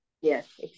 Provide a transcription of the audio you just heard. Yes